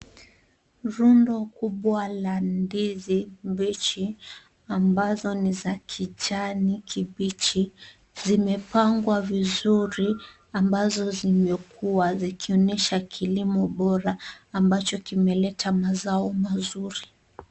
Rundo kubwa la ndizi mbichi ambazo ni za kijani kibichi, zimepangwa vizuri ambazo zimekua zikionyesha kilimo bora, ambacho kimeleta mazao mazuri.